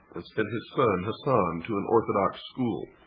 and sent his son hasan to an orthodox school.